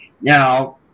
Now